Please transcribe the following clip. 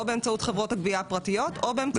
באמצעות חברות הגבייה הפרטיות או באמצעות המדינה.